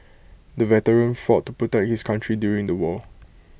the veteran fought to protect his country during the war